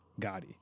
Gotti